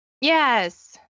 yes